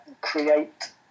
create